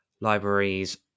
libraries